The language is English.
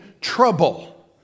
trouble